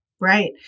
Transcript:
Right